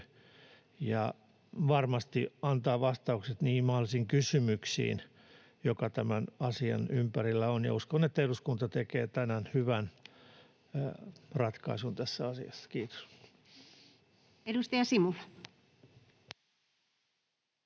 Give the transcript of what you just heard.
varmasti antaa vastaukset niihin mahdollisiin kysymyksiin, joita tämän asian ympärillä on, ja uskon, että eduskunta tekee tänään hyvän ratkaisun tässä asiassa. — Kiitos. [Speech